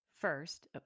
First